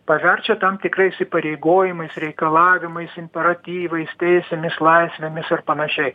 paverčia tam tikrais įpareigojimais reikalavimais imperatyvais teisėmis laisvėmis ir panašiai